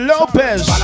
Lopez